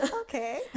Okay